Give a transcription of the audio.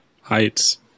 heights